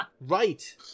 Right